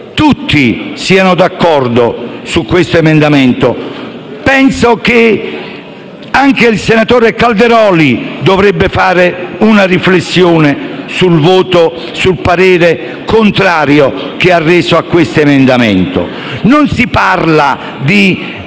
tutti siano d'accordo su questo emendamento. Penso che anche il senatore Calderoli dovrebbe fare una riflessione sul parere contrario che ha espresso su questo emendamento. Non si parla del